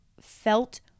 felt